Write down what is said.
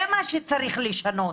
זה מה שצריך לשנות.